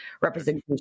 representation